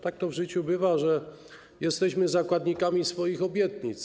Tak to w życiu bywa, że jesteśmy zakładnikami swoich obietnic.